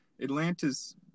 Atlanta's